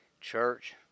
Church